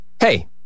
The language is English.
Hey